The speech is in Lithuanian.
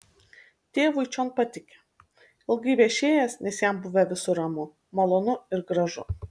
tėvui čion patikę ilgai viešėjęs nes jam buvę visur ramu malonu ir gražu